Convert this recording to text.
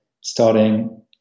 starting